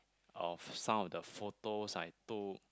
of some of the photos I took